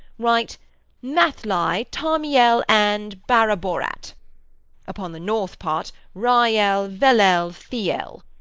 write mathlai, tarmiel, and baraborat upon the north part, rael, velel, thiel.